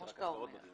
כפי שאתה אומר,